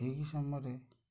ଠିକ୍ ସମୟରେ